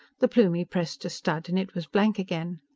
the plumie pressed a stud and it was blank again.